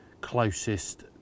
closest